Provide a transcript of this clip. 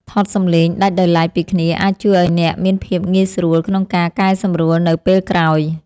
ថតសំឡេងដាច់ដោយឡែកពីគ្នាអាចជួយឱ្យអ្នកមានភាពងាយស្រួលក្នុងការកែសម្រួលនៅពេលក្រោយ។